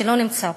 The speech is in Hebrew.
שלא נמצא פה.